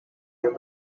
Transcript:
room